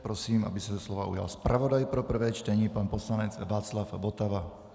Prosím, aby se slova ujal zpravodaj pro prvé čtení pan poslanec Václav Votava.